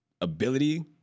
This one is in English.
ability